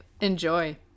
Enjoy